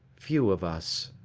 few of us,